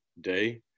day